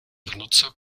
benutzer